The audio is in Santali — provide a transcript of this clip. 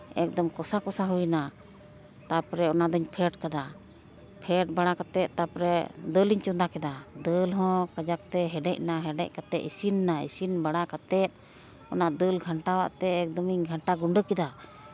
ᱮᱠᱫᱚᱢ ᱠᱚᱥᱟ ᱠᱚᱥᱟ ᱦᱩᱭᱱᱟ ᱛᱟᱨᱯᱚᱨᱮ ᱚᱱᱟ ᱫᱩᱧ ᱯᱷᱮᱰ ᱠᱮᱫᱟ ᱯᱷᱮᱰ ᱵᱟᱲᱟ ᱠᱟᱛᱮ ᱛᱟᱨᱯᱚᱨᱮ ᱫᱟᱹᱞ ᱤᱧ ᱪᱚᱸᱫᱟ ᱠᱮᱫᱟ ᱫᱟᱹᱞ ᱦᱚᱸ ᱠᱟᱡᱟᱠ ᱛᱮ ᱦᱮᱰᱮᱡ ᱱᱟ ᱦᱮᱰᱮᱡ ᱠᱟᱛᱮ ᱤᱥᱤᱱ ᱱᱟ ᱤᱥᱤᱱ ᱵᱟᱲᱟ ᱠᱟᱛᱮ ᱚᱱᱟ ᱫᱟᱹᱞ ᱜᱷᱟᱱᱴᱟᱣ ᱟᱛᱮᱜ ᱮᱠᱫᱚᱢ ᱤᱧ ᱜᱷᱟᱱᱴᱟ ᱜᱩᱰᱟᱹ ᱠᱮᱫᱟ